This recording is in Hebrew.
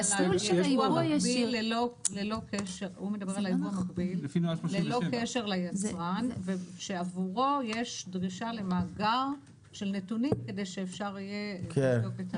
הוא מדבר על הייבוא המקביל ללא קשר ליצרן -- לפי נוהל 37. -- שעבורו יש דרישה למאגר של נתונים כדי שאפשר יהיה לבדוק את המוצר.